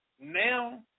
now